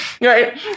Right